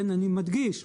אני מדגיש,